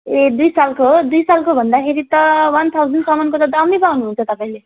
ए दुई सालको हो दुई सालको भन्दाखेरि त वन थाउजनसम्मको त दामी पाउनुहुन्छ तपाईँले